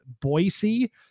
Boise